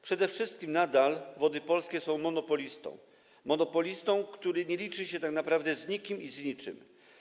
Przede wszystkim nadal Wody Polskie są monopolistą, który nie liczy się tak naprawdę z nikim i z niczym.